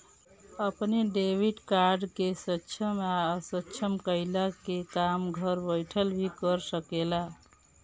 अपनी debit card के सक्षम या असक्षम कईला के काम घर बैठल भी कर सकेला